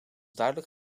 duidelijk